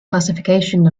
classification